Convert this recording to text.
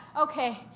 Okay